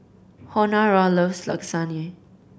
Honora loves Lasagne